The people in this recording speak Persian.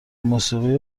موسیقی